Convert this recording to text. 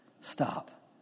stop